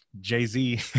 jay-z